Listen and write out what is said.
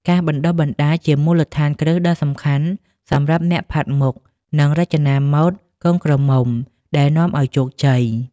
ការបណ្តុះបណ្តាលជាមូលដ្ឋានគ្រឹះដ៏សំខាន់សម្រាប់អ្នកផាត់មុខ និងរចនាម៉ូដកូនក្រមុំ ដែលនាំឲ្យជោគជ័យ។